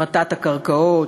הפרטת הקרקעות,